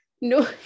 no